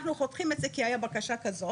אנחנו חותכים את זה, כי הייתה בקשה כזו.